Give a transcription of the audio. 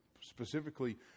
specifically